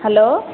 hello